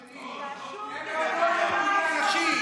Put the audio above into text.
קודם כול, מה זה קשור לנתניהו?